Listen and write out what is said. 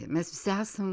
mes visi esam